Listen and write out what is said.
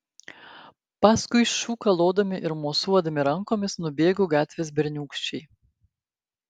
paskui šūkalodami ir mosuodami rankomis nubėgo gatvės berniūkščiai